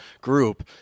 group